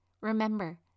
Remember